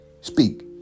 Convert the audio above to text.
speak